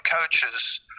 coaches